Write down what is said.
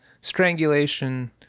strangulation